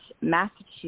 Massachusetts